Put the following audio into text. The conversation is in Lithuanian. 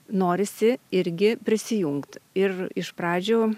norisi irgi prisijungt ir iš pradžių